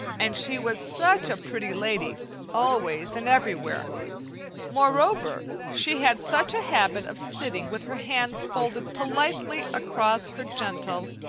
and she was such a pretty lady always and everywhere moreover she had such a habit of sitting with her hands folded politely across her gentle,